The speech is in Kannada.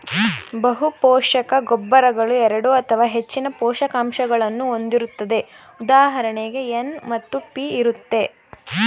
ಬಹುಪೋಷಕ ಗೊಬ್ಬರಗಳು ಎರಡು ಅಥವಾ ಹೆಚ್ಚಿನ ಪೋಷಕಾಂಶಗಳನ್ನು ಹೊಂದಿರುತ್ತದೆ ಉದಾಹರಣೆಗೆ ಎನ್ ಮತ್ತು ಪಿ ಇರುತ್ತೆ